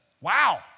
Wow